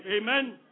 Amen